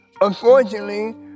unfortunately